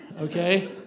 Okay